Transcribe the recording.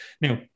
now